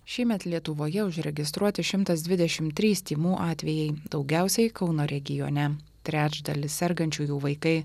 šiemet lietuvoje užregistruoti šimtas dvidešimt trys tymų atvejai daugiausiai kauno regione trečdalis sergančiųjų vaikai